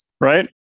Right